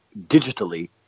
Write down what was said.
digitally